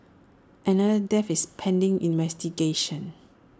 another death is pending investigation